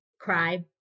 cry